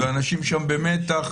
ואנשים שם במתח,